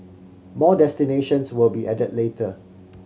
more destinations will be added later